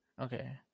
Okay